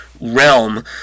Realm